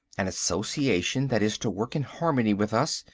an association that is to work in harmony with us,